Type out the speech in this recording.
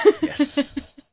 Yes